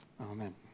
Amen